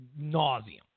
nauseum